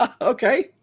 Okay